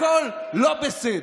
הכול לא בסדר.